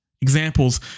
Examples